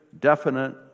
definite